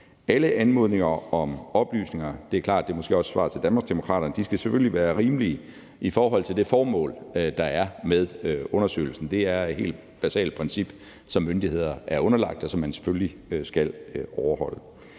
Alle anmodninger om oplysninger – det er måske også svaret til Danmarksdemokraterne – skal selvfølgelig være rimelige i forhold til det formål, der er med undersøgelsen. Det er et helt basalt princip, som myndigheder er underlagt, og som man selvfølgelig skal overholde.